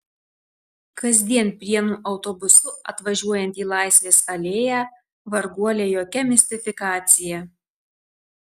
kasdien prienų autobusu atvažiuojanti į laisvės alėją varguolė jokia mistifikacija